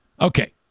Okay